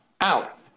out